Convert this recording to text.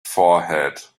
forehead